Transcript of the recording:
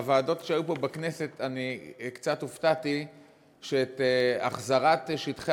בדיוני ועדות שהיו פה בכנסת אני קצת הופתעתי מכך שהחזרת שטחי